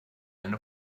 eine